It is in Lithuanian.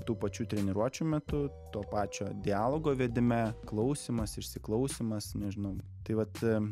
tų pačių treniruočių metu to pačio dialogo vedime klausymas išsiklausymas nežinau tai vat